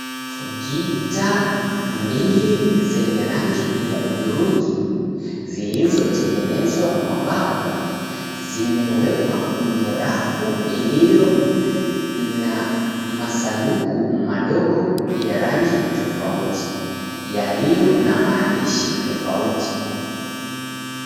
Gitaa mbili zenye rangi ya hudhurungi zilizotengenezwa kwa mbao zimewekwa kwenye rafu ilio na masanduku madogo ya rangi tofauti yaliyo na maandishi tofauti.